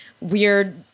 weird